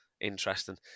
interesting